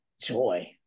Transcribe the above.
joy